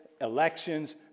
elections